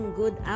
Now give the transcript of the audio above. good